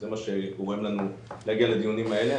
זה מה שגורם לנו להגיע לדיונים האלה.